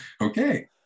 Okay